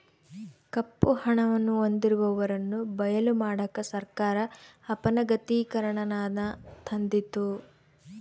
ಕಪ್ಪು ಹಣವನ್ನು ಹೊಂದಿರುವವರನ್ನು ಬಯಲು ಮಾಡಕ ಸರ್ಕಾರ ಅಪನಗದೀಕರಣನಾನ ತಂದಿತು